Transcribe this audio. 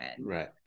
Right